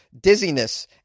dizziness